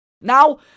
Now